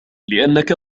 لأنك